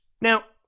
Now